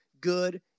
good